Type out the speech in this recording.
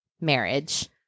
marriage